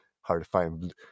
hard-to-find